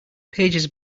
pages